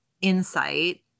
insight